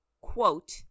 quote